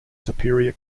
superior